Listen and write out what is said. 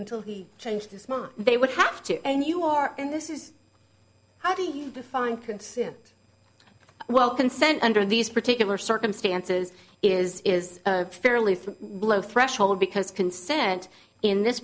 until he changed his mind they would have to and you are and this is how do you define consent well consent under these particular circumstances is is a fairly low threshold because consent in this